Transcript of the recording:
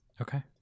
Okay